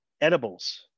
edibles